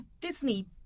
disney